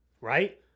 right